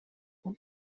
und